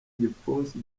igipfunsi